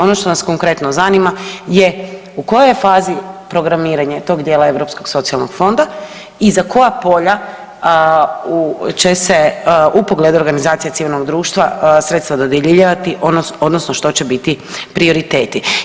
Ono što nas konkretno zanima je u kojoj je fazi programiranje tog djela Europskog socijalnog fonda i za koja polja će se u pogledu organizacije civilnog društva sredstva dodjeljivati odnosno što će biti prioriteti?